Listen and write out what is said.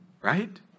Right